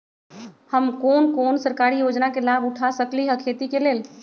हम कोन कोन सरकारी योजना के लाभ उठा सकली ह खेती के लेल?